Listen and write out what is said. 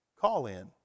call-in